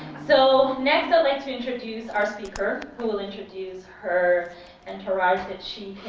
so next i'd like to introduce our speaker, who will introduce her entourage that she